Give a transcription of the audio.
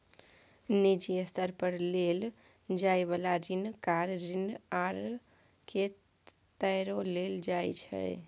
निजी स्तर पर लेल जाइ बला ऋण कार ऋण आर के तौरे लेल जाइ छै